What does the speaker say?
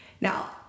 Now